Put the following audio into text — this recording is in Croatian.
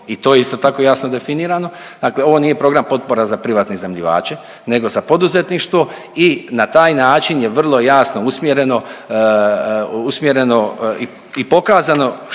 i to je isto tako jasno definirano, dakle ovo nije program potpora za privatne iznajmljivače nego za poduzetništvo i na taj način je vrlo jasno usmjereno, usmjereno i pokazano što se